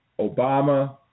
Obama